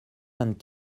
vingt